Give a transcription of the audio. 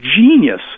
genius